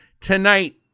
tonight